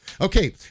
Okay